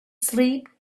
sleep